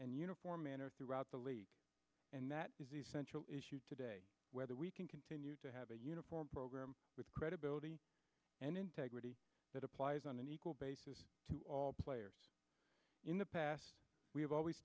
and uniform manner throughout the league and that is essential issue today whether we can continue to have a uniform program with credibility and integrity that applies on an equal basis to all players in the past we've always